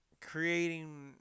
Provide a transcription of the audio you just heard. creating